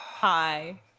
Hi